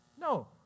No